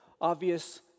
obvious